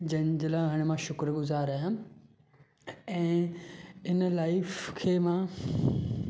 जंहिंजे लाइ हाणे मां शुकुरु गुज़ारु आहियां ऐं हिन लाईफ खे मां